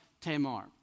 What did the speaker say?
Tamar